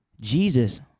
Jesus